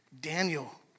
Daniel